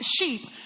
sheep